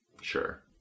sure